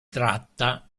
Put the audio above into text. tratta